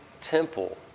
temple